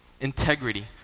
integrity